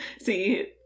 See